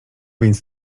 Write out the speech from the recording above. więc